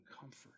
comfort